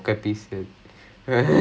oh my god